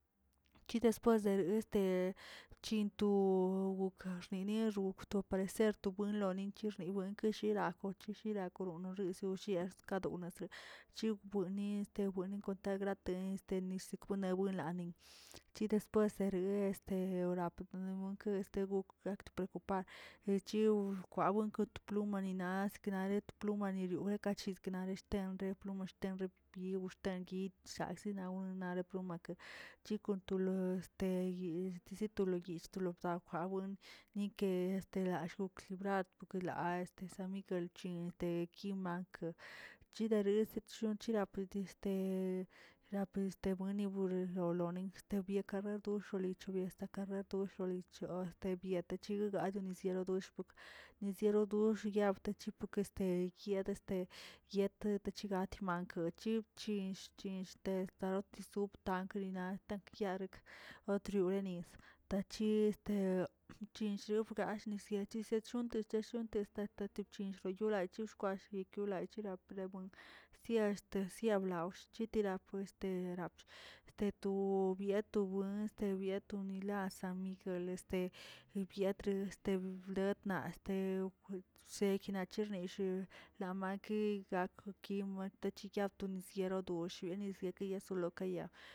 Ke después de este chinꞌto goka xneniox oxto aparecer wilonen kirnix wenke shilaa cheche shilakonox shozieꞌ skadoo', chi buenni buenni kon ta grate este nisakwelani, chi después sederi este orap nimokə gakte preocupar elchi kwawe kon to plumanina naꞌ siknare de to plumanina yure ka chiknare tanre pluma shtenre pie woxtangui chshagsina we replumake, chikon to loz te yedzi to lo yiz to lo kwawen nike este lalloon librad este ulak este san miguel chi te ki mankə, chidarez chedionki pudi este rapini este bueni buromlə loni estebiek ade rolicholi chobieste karatu polichorə viatechigui gaa benizianeshgaa, nisiero doo yabte chiko este yede este yete te chigak mankə chi binch chill estarote sub ankli tan keyarekə wetriore nis tachi este chimshibgaa nichies shimshubga te shontesdega chinrllyo yogaa shkwash yiwyo echira prebo, sia este siblaox yetira este yetirbo statu ya tu bons yebiatonilə a san miguele este libiatə este bletna este seguena shirneyshi namanky akoki matochi yatonisyerodo shinis shonoseyolokeya.